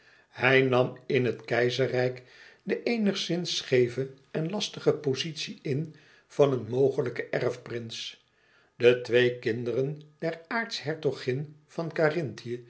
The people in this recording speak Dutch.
hij nam in het keizerrijk de eenigszins scheeve en lastige pozitie in van een mogelijken erfprins de twee kinderen der aartshertogin van karinthië